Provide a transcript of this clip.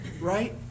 right